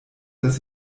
dass